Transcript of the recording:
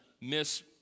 miss